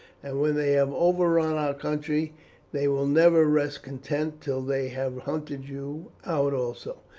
and when they have overrun our country they will never rest content till they have hunted you out also.